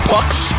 Pucks